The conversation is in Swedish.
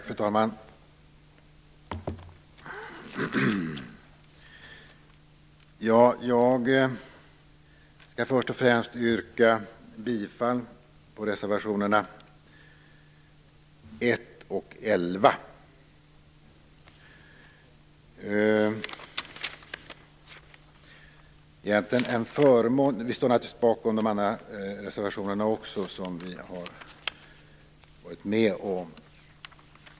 Fru talman! Jag skall först och främst yrka bifall till reservationerna 1 och 11. Vi står naturligtvis också bakom de andra reservationer som vi har varit med om.